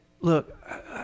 look